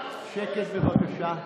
שקט, בבקשה.